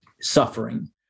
suffering